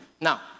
Now